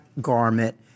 garment